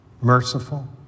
merciful